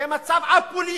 זה מצב א-פוליטי,